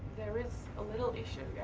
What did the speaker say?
there is a little issue.